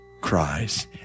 cries